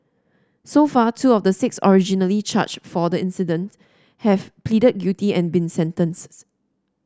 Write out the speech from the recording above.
so far two of the six originally charged for the incident have pleaded guilty and been sentenced